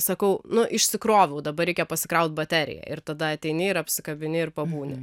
sakau nu išsikroviau dabar reikia pasikraut bateriją ir tada ateini ir apsikabini ir pabūni